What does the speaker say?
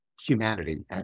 humanity